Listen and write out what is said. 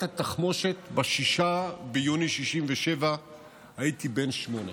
התחמושת ב-6 ביוני 67'. הייתי בן שמונה.